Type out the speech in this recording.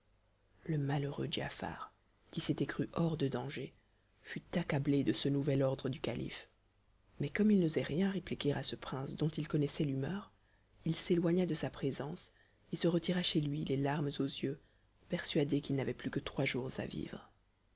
le malheureux giafar qui s'était cru hors de danger fut accablé de ce nouvel ordre du calife mais comme il n'osait rien répliquer à ce prince dont il connaissait l'humeur il s'éloigna de sa présence et se retira chez lui les larmes aux yeux persuadé qu'il n'avait plus que trois jours à vivre